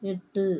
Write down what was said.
எட்டு